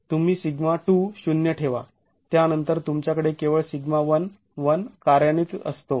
तुम्ही σ2 शून्य ठेवा त्यानंतर तुमच्याकडे केवळ σ1 1 कार्यान्वित असतो